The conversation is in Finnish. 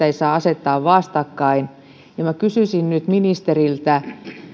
ei saa asettaa vastakkain kysyisin ministeriltä